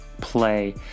play